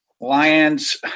lions